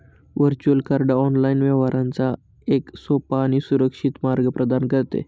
virtual card online व्यवहारांचा एक सोपा आणि सुरक्षित मार्ग प्रदान करते